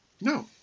No